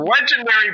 legendary